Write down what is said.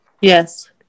Yes